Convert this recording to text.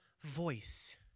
voice